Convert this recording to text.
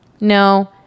No